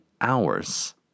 hours